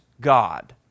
God